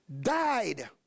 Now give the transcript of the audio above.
died